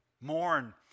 mourn